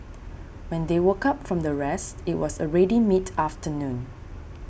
when they woke up from their rest it was already mid afternoon